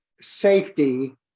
safety